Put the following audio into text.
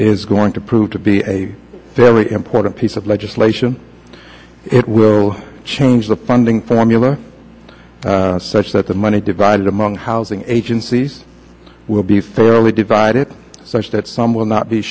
is going to prove to be a very important piece of legislation it will change the funding formula such that the money divided among housing agencies will be fairly divided such that some will not be